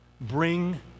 Bring